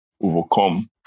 overcome